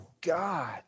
God